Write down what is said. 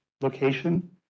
location